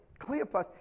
Cleopas